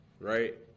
right